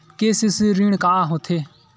KCC ऋण का होथे?